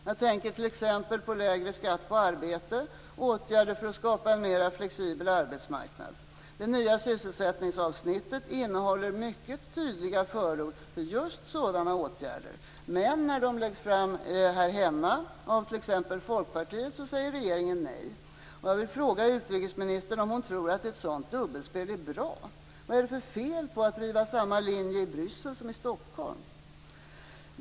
Jag tänker t.ex. på lägre skatt på arbete och åtgärder för att skapa en mer flexibel arbetsmarknad. Det nya sysselsättningsavsnittet innehåller mycket tydliga förord för just sådana åtgärder. Men när sådana förslag läggs fram här hemma av t.ex. Folkpartiet säger regeringen nej. Jag vill fråga utrikesministern om hon tror att sådant dubbelspel är bra. Vad är det för fel på att driva samma linje i Bryssel som i Stockholm?